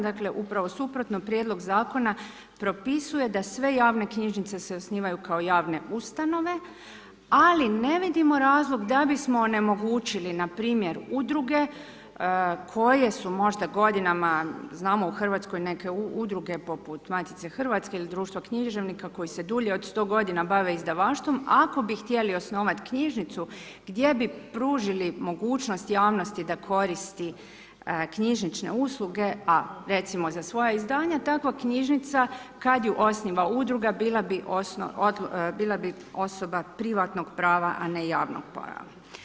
Dakle upravo suprotno, prijedlog zakona propisuje da sve javne knjižnice se osnivaju kao javne ustanove ali ne vidimo razlog da bismo onemogućili npr. udruge koje su možda godinama, znamo u Hrvatskoj neke udruge poput Matice Hrvatske ili Društva književnika koje se dulje od 100 godina bave izdavaštvom, ako bi htjeli osnivati knjižnicu gdje bi pružili mogućnost javnosti da koristi knjižnične usluge a recimo za svoja izdanja takva knjižnica kada ju osniva udruga bila bi osoba privatnog prava a ne javnog prava.